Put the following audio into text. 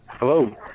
Hello